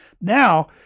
Now